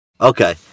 Okay